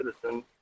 citizen